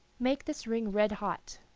make this ring red-hot,